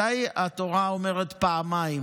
מתי התורה אומרת פעמיים